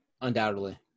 Undoubtedly